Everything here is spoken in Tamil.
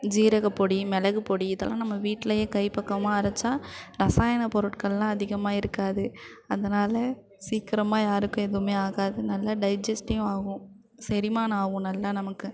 ஜீரகப் பொடி மிளகுப் பொடி இதெல்லாம் நம்ம வீட்லேயே கை பக்குவமாக அரைத்தா ரசாயன பொருட்களெலாம் அதிகமாக இருக்காது அதனால் சீக்கிரமாக யாருக்கும் எதுவுமே ஆகாது நல்ல டைஜஸ்டிவ் ஆகும் செரிமானம் ஆகும் நல்லா நமக்கு